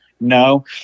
no